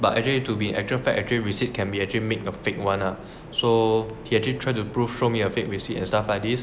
but actually to be actual fact actually receipt can be actually make a fake one lah so he actually try to proof show me a fake receipt and stuff like this